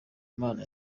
imana